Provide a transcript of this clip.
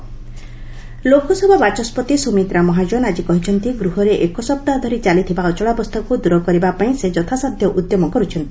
LS speaker Lok Sabha ବାଚସ୍କତି ସୁମିତ୍ରା ମହାଜନ୍ ଆଜି କହିଛନ୍ତି ଗୃହରେ ଏକ ସପ୍ତାହ ଧରି ଚାଲିଥିବା ଅଚଳାବସ୍ଥାକୁ ଦୂର କରିବାପାଇଁ ସେ ଯଥାସାଧ୍ୟ ଉଦ୍ୟମ କରୁଛନ୍ତି